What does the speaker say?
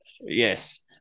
Yes